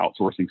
outsourcing